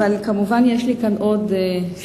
אבל כמובן יש לי כאן עוד שותף,